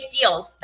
deals